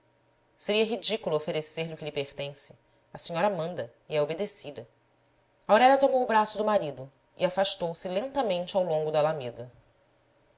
seria ridículo oferecer-lhe o que lhe pertence a senhora manda e é obedecida aurélia tomou o braço do marido e afastou-se lentamente ao longo da alameda